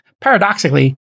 paradoxically